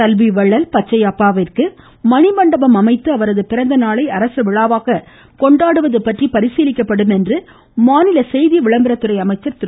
கல்வி வள்ளல் பச்சையப்பாவிற்கு மணிமண்டபம் அமைத்து அவரது பிறந்தநாளை அரசு விழாவாக கொண்டாடுவது பற்றி பரிசீலிக்கப்படும் என்று மாநில செய்தி விளம்பரத்துறை அமைச்சர் திரு